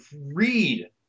read